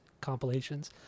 compilations